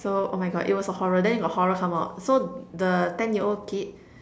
so oh my God it was a horror then got horror come out so the ten year old kid